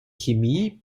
chemie